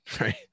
Right